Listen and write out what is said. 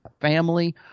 family